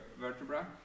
vertebra